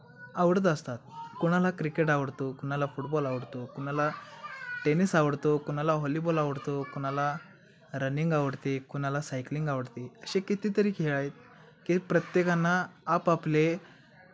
आवडत असतात कुणाला क्रिकेट आवडतो कुणाला फुटबॉल आवडतो कुणाला टेनिस आवडतो क कोणाला व्हॉलीबॉल आवडतो कुणाला रनिंग आवडते कुणाला सायक्लिंग आवडते असे कितीतरी खेळ आहेत की प्रत्येकांना आपापले